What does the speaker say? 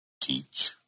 Teach